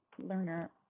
learner